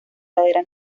ladera